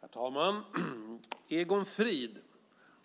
Herr talman! Egon Frid